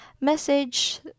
message